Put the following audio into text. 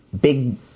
big